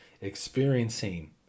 experiencing